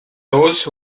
those